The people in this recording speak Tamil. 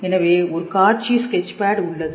எனவே ஒரு காட்சி ஸ்கெட்ச் பேட் உள்ளது